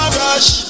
rush